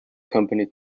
company